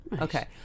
Okay